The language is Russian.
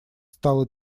стало